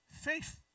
Faith